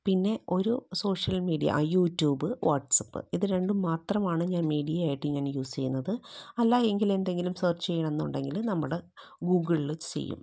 പിന്നെ ഒരു social media ആ യൂട്യൂബ് വാട്സ്പ്പ് ഇത് രണ്ടും മാത്രമാണ് ഞാൻ മീഡിയ ആയിട്ട് ഞാൻ യൂസ്സ് ചെയ്യുന്നത് അല്ല എങ്കിൽ എന്തെങ്കിലും സേർച്ച് ചെയ്യണം എന്നുണ്ടെങ്കിൽ നമ്മുടെ ഗൂഗിളിൽ ചെയ്യും